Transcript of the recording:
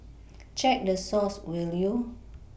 check the source will you